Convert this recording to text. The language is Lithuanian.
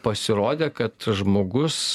pasirodė kad žmogus